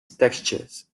textures